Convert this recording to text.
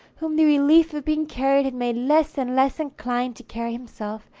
whom the relief of being carried had made less and less inclined to carry himself,